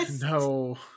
No